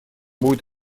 будет